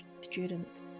students